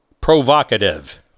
provocative